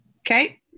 Okay